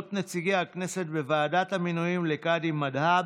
נציגי הכנסת בוועדת המינויים לקאדים מד'הב.